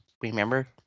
remember